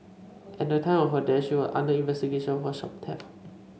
at the time of her death she was under investigation for shop theft